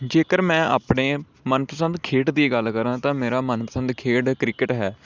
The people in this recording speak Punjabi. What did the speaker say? ਜੇਕਰ ਮੈਂ ਆਪਣੇ ਮਨਪਸੰਦ ਖੇਡ ਦੀ ਗੱਲ ਕਰਾਂ ਤਾਂ ਮੇਰਾ ਮਨਪਸੰਦ ਖੇਡ ਕ੍ਰਿਕਟ ਹੈ